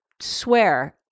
swear